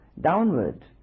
downward